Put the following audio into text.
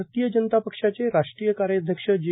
आरतीय जनता पक्षाचे राष्ट्रीय कार्याध्यक्ष जे